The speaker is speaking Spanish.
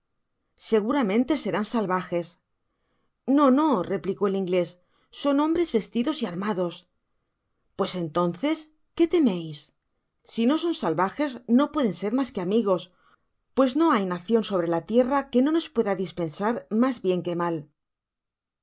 seguramente serán salvajes no no replicó el inglés son hombres vestidos y armados pues entonces qué temeis si no son salvajes no pueden ser mas que amigos porque no hay nacion sobre la tierra que no nos pueda dispensar mas bien que mal